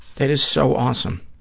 that is so awesome.